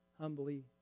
humbly